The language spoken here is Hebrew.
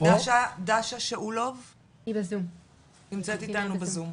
דאשה שאולוב נמצאת איתנו בזום.